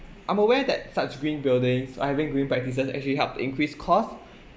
I'm aware that such green building or having green practices actually help to increase costs